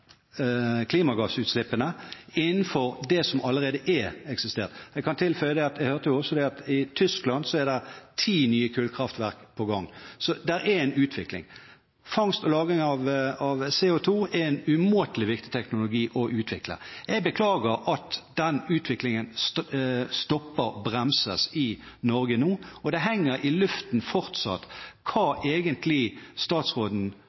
klimagassutslippene innenfor det som allerede eksisterer. Jeg kan tilføye at jeg hørte også at i Tyskland er det ti nye kullkraftverk på gang, så det er en utvikling. Fangst og lagring av CO2 er en umåtelig viktig teknologi å utvikle. Jeg beklager at den utviklingen stopper, bremses, i Norge nå, og det henger fortsatt i luften hva statsråden